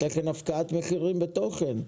איך אין הפקעת מחירים בתוכן.